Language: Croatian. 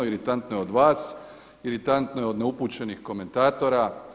Iritantno je od vas, iritantno je od neupućenih komentatora.